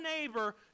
neighbor